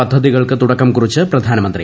പദ്ധതികൾക്ക് തുടക്കും കൂറിച്ച് പ്രധാനമന്ത്രി